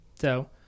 So-